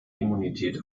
immunität